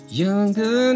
Younger